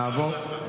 נעבור.